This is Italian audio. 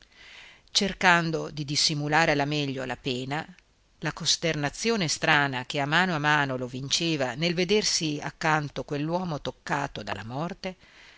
tirava di sotto cercando di dissimulare alla meglio la pena la costernazione strana che a mano a mano lo vinceva nel vedersi accanto quell'uomo toccato dalla morte